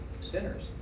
sinners